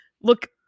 Look